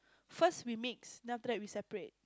first we mix then after that we separate